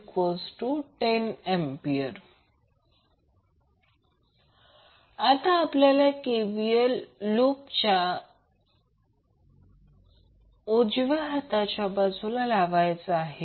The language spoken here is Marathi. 5I0I010A आता आपल्याला KVL लूप च्या उजव्या हाताच्या बाजूला लावायचा आहे